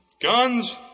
guns